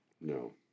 No